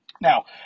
Now